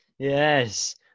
Yes